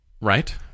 Right